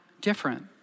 different